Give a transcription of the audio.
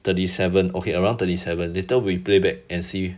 thirty seven okay around thirty seven later we play back and see